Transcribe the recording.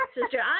sister